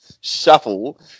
shuffle